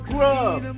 Grub